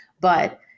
but-